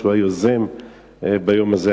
שהוא יוזם היום הזה,